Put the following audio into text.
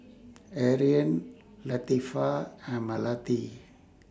Aryan Latifa and Melati